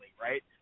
right